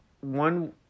one